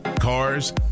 cars